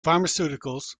pharmaceuticals